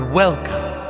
welcome